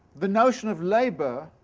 the notion of labour,